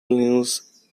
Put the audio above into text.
news